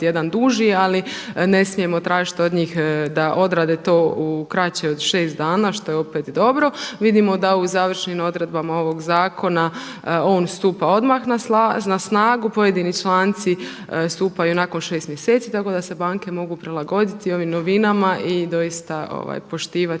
jedan duži ali ne smijemo tražiti od njih da odrade to u kraće od 6 dana što je opet dobro. Vidimo da u završnim odredbama ovog zakona on stupa odmah na snagu, pojedini članci stupaju nakon 6 mjeseci, tako da se banke mogu prilagoditi i ovim novinama i doista poštivati